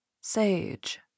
Sage